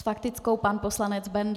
S faktickou pan poslanec Bendl.